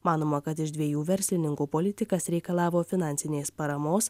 manoma kad iš dviejų verslininkų politikas reikalavo finansinės paramos